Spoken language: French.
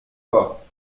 pas